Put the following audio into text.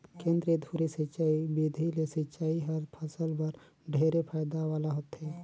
केंद्रीय धुरी सिंचई बिधि ले सिंचई हर फसल बर ढेरे फायदा वाला होथे